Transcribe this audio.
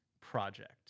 project